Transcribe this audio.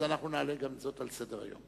אז אנחנו נעלה גם זאת על סדר-היום.